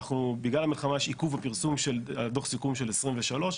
בגלל המלחמה יש עיכוב בפרסום של דוח הסיכום של 2023,